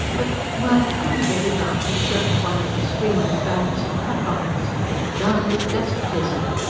but well, he could not get his eye to shirk one of the screaming banners and placards down with despotism!